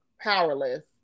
powerless